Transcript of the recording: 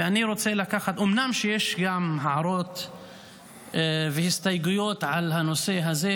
אומנם יש גם הערות והסתייגויות על הנושא הזה,